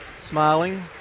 Smiling